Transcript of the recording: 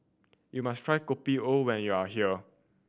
you must try Kopi O when you are here